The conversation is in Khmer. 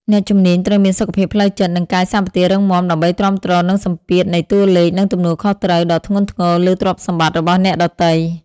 អ្នកជំនាញត្រូវមានសុខភាពផ្លូវចិត្ត និងកាយសម្បទារឹងមាំ ដើម្បីទ្រាំទ្រនឹងសម្ពាធនៃតួលេខ និងទំនួលខុសត្រូវដ៏ធ្ងន់ធ្ងរលើទ្រព្យសម្បត្តិរបស់អ្នកដទៃ។